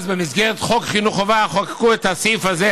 אז במסגרת חוק חינוך חובה חוקקו את הסעיף הזה,